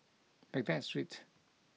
Baghdad Street